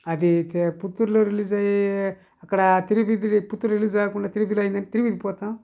అది అయితే పుత్తూరులో రిలీజ్ అయ్యే అక్కడ పుత్తూరులో రిలీజ్ కాకుండా త్రి డిలో అయ్యిందంటే త్రి డికి పోతాం